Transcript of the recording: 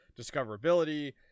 discoverability